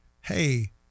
hey